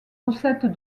recettes